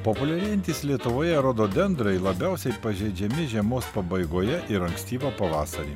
populiarėjantis lietuvoje rododendrai labiausiai pažeidžiami žiemos pabaigoje ir ankstyvą pavasarį